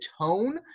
tone